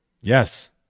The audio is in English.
Yes